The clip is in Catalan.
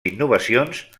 innovacions